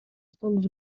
stąd